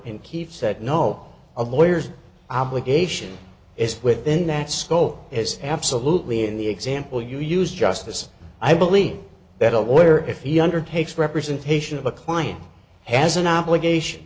keith said no of lawyers obligation it's within that scope is absolutely in the example you use just as i believe that a lawyer if he undertakes representation of a client has an obligation